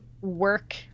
work